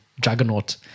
juggernaut